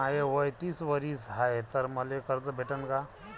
माय वय तीस वरीस हाय तर मले कर्ज भेटन का?